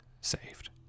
saved